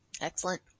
Excellent